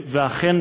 ואכן,